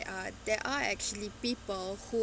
uh there are actually people who